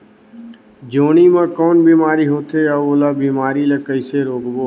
जोणी मा कौन बीमारी होथे अउ ओला बीमारी ला कइसे रोकबो?